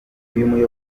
muyobozi